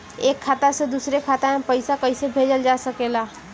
एक खाता से दूसरे खाता मे पइसा कईसे भेजल जा सकेला?